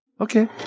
Okay